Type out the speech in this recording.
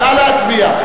נא להצביע.